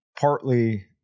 partly